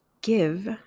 give